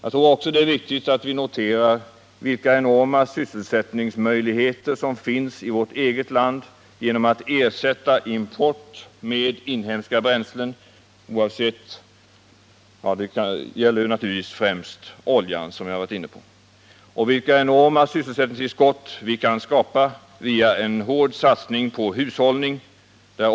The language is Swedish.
Det är också viktigt att vi noterar vilka enorma sysselsättningsmöjligheter som finns i vårt eget land, om vi ersätter importerade bränslen med inhemska. Det gäller naturligtvis, som jag redan varit inne på, främst att ersätta olja. Det är viktigt att notera vilka enorma sysselsättningstillskott vi kan skapa inom landet via en hård satsning på hushållning.